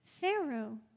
Pharaoh